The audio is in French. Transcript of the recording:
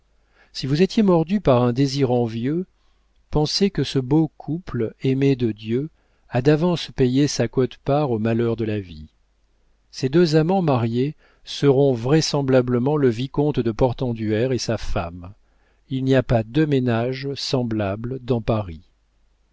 si vous étiez mordu par un désir envieux pensez que ce beau couple aimé de dieu a d'avance payé sa quote-part aux malheurs de la vie ces deux amants mariés seront vraisemblablement le vicomte de portenduère et sa femme il n'y a pas deux ménages semblables dans paris